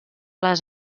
les